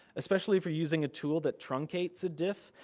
especially, if you're using a tool that truncates a dif.